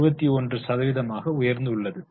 29 சதவீதமாக உயர்ந்துள்ளது